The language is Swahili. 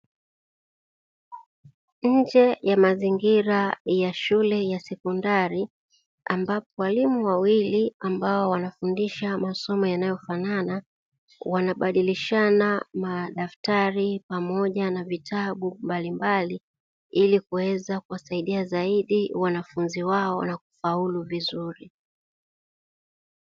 Nje ya mazingira ya shule ya sekondari, ambapo walimu wawili ambao wanafundisha masomo yanayofanana. Wanabadilishana madaftari pamoja na vitabu mbalimbali ili kuweza kuwasaidia zaidi wanafunzi wao na kufaulu vizuri.